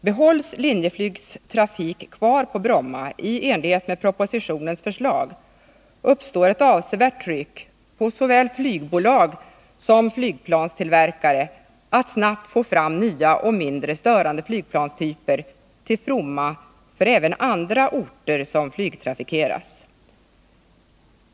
Behålls Linjeflygs trafik kvar på Bromma i enlighet med propositionens förslag, uppstår ett avsevärt tryck på såväl flygbolag som flygplanstillverkare att snabbt få fram nya och mindre störande flygplanstyper, till fromma för även andra orter som flygtrafikeras.